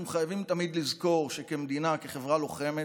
אנחנו חייבים תמיד לזכור שכמדינה, כחברה לוחמת,